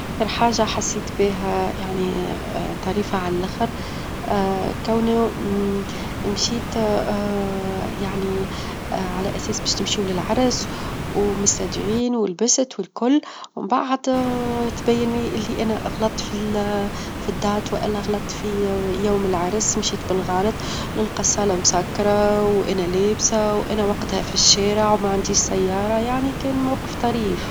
أكثر حاجة حسيت بها يعني طريفة على اللخر كوني مشيت يعني على أساس باش تمشو للعرس، ومستعدين، ولبست والكل ومن بعد تبين لي إن أنا غلطت في التاريخ، والا غلطت في يوم العرس، مشيت بالغلط نلقى الصالة مسكرة، وانا لابسة، وأنا وقتها في الشارع وما عنديش سيارة يعني كان موقف طريف.